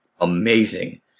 amazing